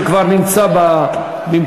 שכבר נמצא במקומו.